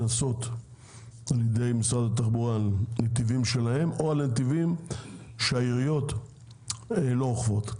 קנסות ע"י משרד התחבורה על נתיבים שלהם או על נתיבים שהעיריות לא אוכפות.